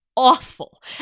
awful